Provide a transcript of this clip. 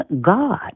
God